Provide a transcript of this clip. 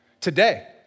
Today